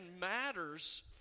matters